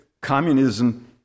communism